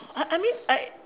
I I mean I